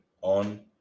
on